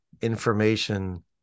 information